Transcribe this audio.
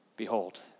Behold